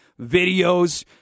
videos